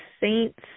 Saints